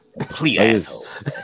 Please